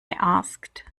asked